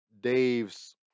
Dave's